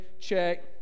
check